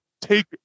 take